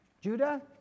Judah